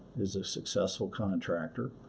is a successful contractor.